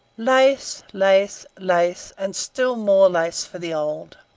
lace! lace! lace! and still more lace for the old.